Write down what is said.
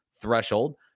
threshold